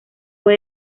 fue